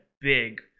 big